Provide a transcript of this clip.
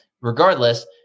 Regardless